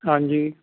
ਹਾਂਜੀ